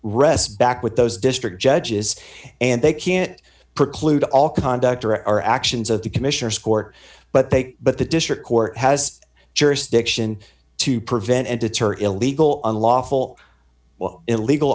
rests back with those district judges and they can't preclude all conduct or are actions of the commissioners court but they but the district court has jurisdiction to prevent and deter illegal unlawful illegal